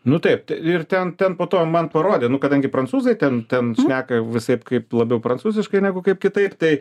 nu taip ir ten ten po to man parodė nu kadangi prancūzai ten ten šneka visaip kaip labiau prancūziškai negu kaip kitaip tai